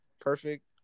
perfect